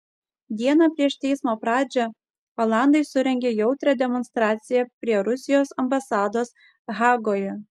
dieną prieš teismo pradžią olandai surengė jautrią demonstraciją prie rusijos ambasados hagoje